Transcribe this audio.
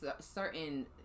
certain